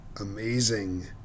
amazing